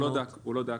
הוא לא דק, הוא לא דק.